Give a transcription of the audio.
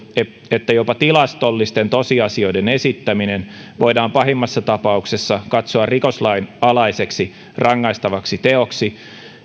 että jopa tilastollisten tosiasioiden esittäminen voidaan pahimmassa tapauksessa katsoa rikoslain alaiseksi rangaistavaksi teoksi